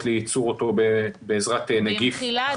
לייצור שלו בעזרת נגיף אחר --- במחילה,